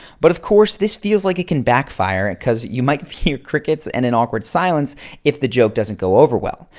but of course this feels like it can backfire and because you might hear crickets and an awkward silence if the joke doesn't go over well.